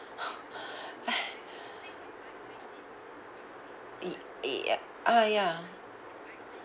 y~ uh ya ah ya